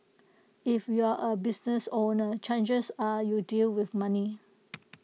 if you're A business owner chances are you deal with money